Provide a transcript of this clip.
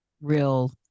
real